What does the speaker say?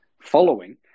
following